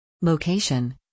Location